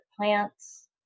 plants